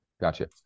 Gotcha